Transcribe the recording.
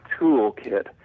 toolkit